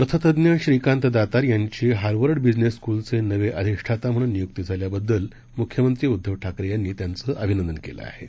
अर्थतज्ञ श्रीकांत दातार यांची Harvard business स्कूलचे नवे अधिष्ठाता म्हणून नियुक्ती झाल्याबद्दल मुख्यमंत्री उद्धव ठाकरे यांनी अभिनंदन केलं आहे